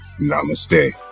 Namaste